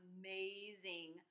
amazing